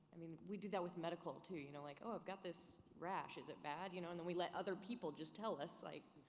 i mean, we do that with medical, too, you know like, oh, i've got this rash, is it bad? you know and then we let other people just tell us, like,